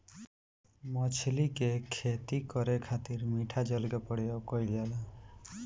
मछली के खेती करे खातिर मिठा जल के प्रयोग कईल जाला